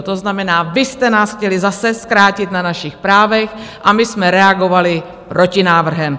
To znamená, vy jste nás chtěli zase zkrátit na našich právech a my jsme reagovali protinávrhem.